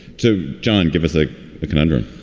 too. john, give us a conundrum